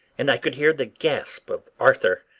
and i could hear the gasp of arthur,